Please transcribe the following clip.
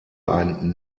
ein